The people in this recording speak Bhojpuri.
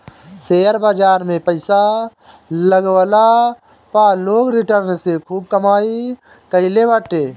शेयर बाजार में पईसा लगवला पअ लोग रिटर्न से खूब कमाई कईले बाटे